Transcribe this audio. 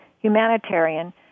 humanitarian